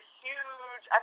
huge